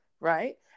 right